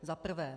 Za prvé.